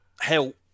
help